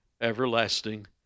everlasting